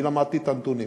אני למדתי את הנתונים.